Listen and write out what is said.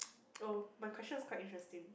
oh my question is quite interesting